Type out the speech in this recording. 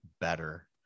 better